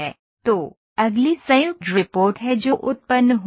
तो अगली संयुक्त रिपोर्ट है जो उत्पन्न होती है